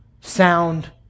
sound